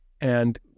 And-